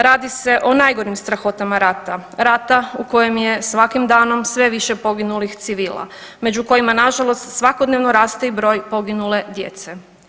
Radi se o najgorim strahotama rata, rata u kojem je svakim danom sve više poginulih civila, među kojima nažalost svakodnevno raste i broj poginule djece.